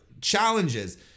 challenges